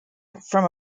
from